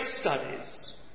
studies